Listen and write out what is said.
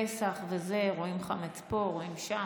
פסח וזה, רואים חמץ פה, רואים שם.